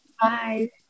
bye